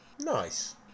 Nice